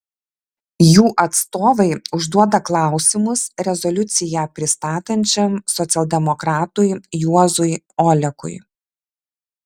jų atstovai užduoda klausimus rezoliuciją pristatančiam socialdemokratui juozui olekui